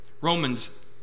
Romans